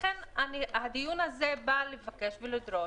הדיון בא לבקש, לדרוש,